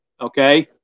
Okay